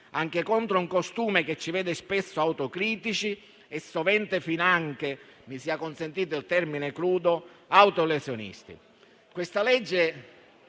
anche contro un costume che ci vede spesso autocritici e finanche - mi sia consentito il termine crudo - autolesionisti. Questo disegno